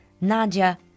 Nadia